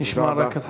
נשמע רק את,